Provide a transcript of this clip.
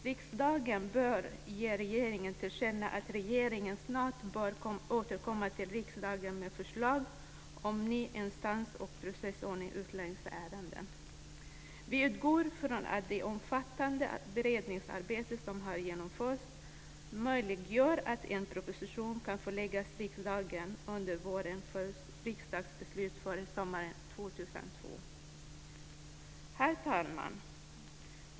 Riksdagen bör ge regeringen till känna att regeringen snarast bör återkomma till riksdagen med förslag om en ny instans och processordning i utlänningsärenden. Vi utgår från att det omfattande beredningsarbete som har genomförts möjliggör att en proposition kan föreläggas riksdagen under våren för riksdagsbeslut före sommaren 2002. Herr talman!